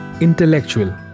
intellectual